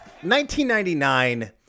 1999